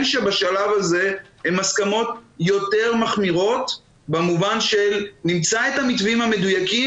שבשלב הזה הן הסכמות יותר מחמירות במובן שנמצא את המתווים המדויקים,